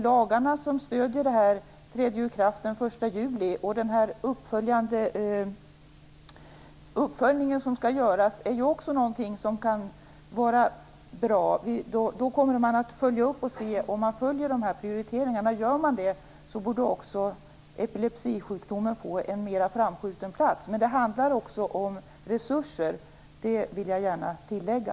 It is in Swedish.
Lagarna som stöder det här träder ju i kraft den 1 juli, och den uppföljning som skall göras kan också vara bra. Då kommer man att se om dessa prioriteringar görs. Om de görs borde också epilepsisjukdomen få en mera framskjuten plats, men jag vill gärna tillägga att det också handlar om resurser.